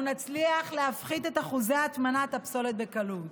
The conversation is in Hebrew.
נצליח להפחית את אחוזי הטמנת הפסולת בקלות.